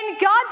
God